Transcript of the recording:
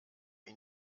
ihn